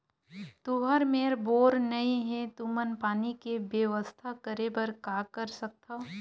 तुहर मेर बोर नइ हे तुमन पानी के बेवस्था करेबर का कर सकथव?